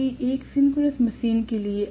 जबकि एक synchronous machine के लिए